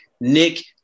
Nick